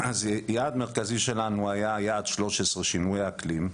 אז יעד מרכזי שלנו היה יעד 13, שינוי האקלים.